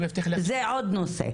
זה עוד נושא.